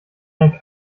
ein